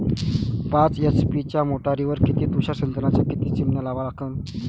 पाच एच.पी च्या मोटारीवर किती तुषार सिंचनाच्या किती चिमन्या लावा लागन?